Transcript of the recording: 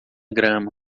grama